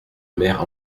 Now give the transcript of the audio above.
maire